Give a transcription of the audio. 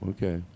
Okay